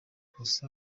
gusa